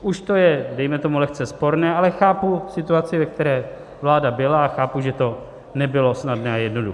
Už to je, dejme tomu, lehce sporné, ale chápu situaci, ve které vláda byla, a chápu, že to nebylo snadné a jednoduché.